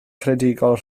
creadigol